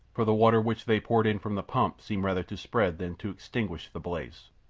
for the water which they poured in from the pump seemed rather to spread than to extinguish the blaze.